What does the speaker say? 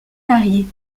variés